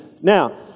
Now